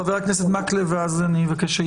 חבר הכנסת מקלב, בבקשה.